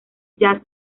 jazz